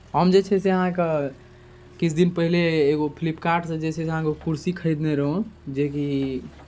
हम जे छै से अहाँके किछु दिन पहिले एगो फ्लिपकार्टसँ जे छै से अहाँके कुरसी खरीदने रहौँ जेकि